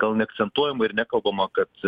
gal neakcentuojama ir nekalbama kad